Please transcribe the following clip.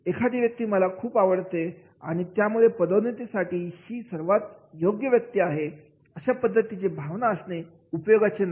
एखादी व्यक्ती मला खूप आवडते आणि त्याच्यामुळेच पदोन्नतीसाठी ही सर्वात योग्य व्यक्ती आहे अशा पद्धतीची भावना असणे उपयोगाचे नाही